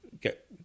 get